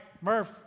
Murph